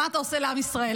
מה אתה עושה לעם ישראל.